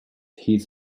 his